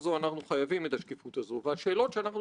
אבל אנחנו לא יכולים שיהיו לנו שני הדברים האלה יחד".